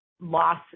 loss